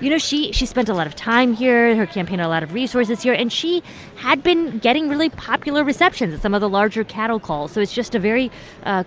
you know, she she spent a lot of time here and her campaign had a lot of resources here. and she had been getting really popular receptions in some of the larger cattle calls. so it's just a very